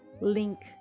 link